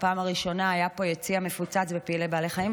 בפעם הראשונה היה פה יציע מפוצץ בפעילי בעלי חיים,